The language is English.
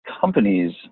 companies